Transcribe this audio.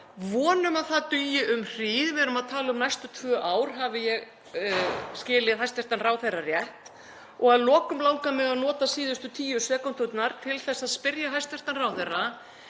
Vonum að það dugi um hríð, við erum að tala um næstu tvö ár hafi ég skilið hæstv. ráðherra rétt. Að lokum langar mig að nota síðustu tíu sekúndurnar til að spyrja hæstv. ráðherra